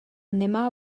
nemá